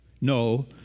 no